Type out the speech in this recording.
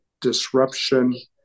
disruption